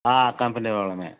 company వాళ్ళమే